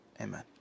Amen